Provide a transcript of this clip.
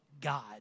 God